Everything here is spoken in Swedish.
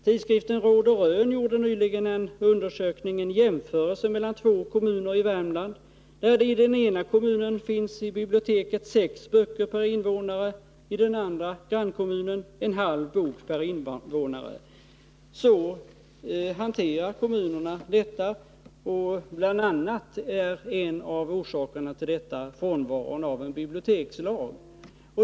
Tidskriften Råd och Rön gjorde nyligen vid en undersökning en jämförelse mellan två kommuner i Värmland och fann därvid att det i biblioteket i den ena kommunen fanns sex böcker per invånare men i grannkommunen bara en halv bok per invånare. Så hanterar kommunerna detta, och en av orsakerna är frånvaron av en bibliotekslag.